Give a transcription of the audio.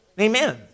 Amen